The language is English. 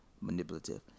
Manipulative